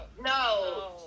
no